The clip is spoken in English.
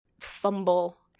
fumble